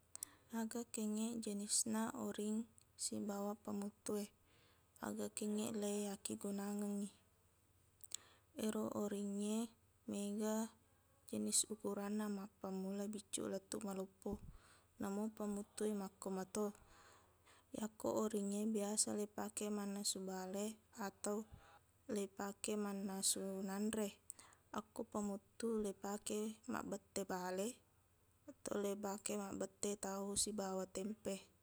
Aga kengngeq jenisna oring sibawa pamuttu e. Aga kengnge leiakkigunangengngi. Ero oringnge, mega jenis ukuranna. Mappammula biccuq lettuq maloppo. Namo pamuttu e makko mato. Iyako oringnge, biasa leipake mannasu bale atau leibake mannasu nanre. Akko pamuttu, leipake mabbette bale atau leipake mabbette tahu sibawa tempe.